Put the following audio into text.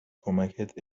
کمکت